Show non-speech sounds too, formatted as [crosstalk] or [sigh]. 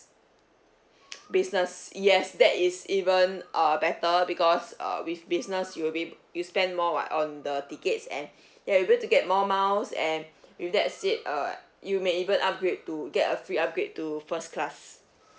business yes that is even uh better because err with business you'll be ab~ you spend more [what] on the tickets and [breath] ya will be able to get more miles and [breath] with that said uh you may even upgrade to get a free upgrade to first class